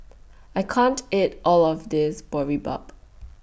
I can't eat All of This Boribap